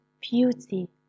beauty